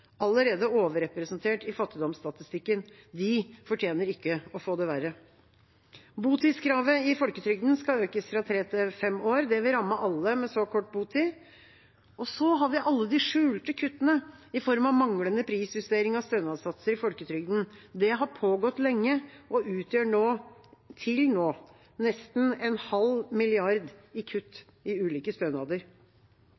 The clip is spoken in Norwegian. allerede overrepresentert i fattigdomsstatistikken. De fortjener ikke å få det verre. Botidskravet i folketrygden skal økes fra tre til fem år. Det vil ramme alle med så kort botid. Så har vi alle de skjulte kuttene, i form av manglende prisjustering av stønadssatser i folketrygden. Det har pågått lenge og utgjør til nå nesten en halv milliard i kutt